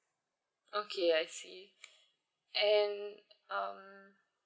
okay I see and um